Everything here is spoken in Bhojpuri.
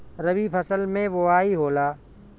रबी फसल मे बोआई होला?